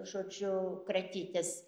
žodžiu kratytis